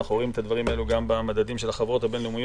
ואנחנו רואים את הדברים האלה גם במדדים של החברות הבין-לאומיות.